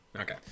Okay